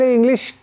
English